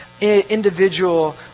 individual